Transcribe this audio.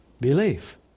belief